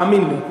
תאמין לי.